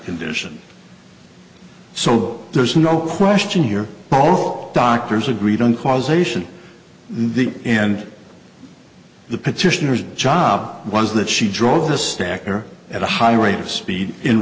condition so there's no question here doctors agreed on causation the and the petitioners job was that she drove the stacker at a high rate of speed in